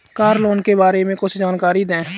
Car loan के बारे में कुछ जानकारी दें?